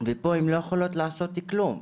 ופה הן לא יכולות לעשות כלום,